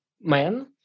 man